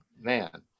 man